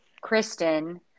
Kristen